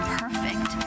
perfect